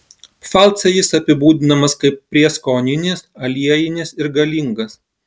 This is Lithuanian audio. pfalce jis apibūdinamas kaip prieskoninis aliejinis ir galingas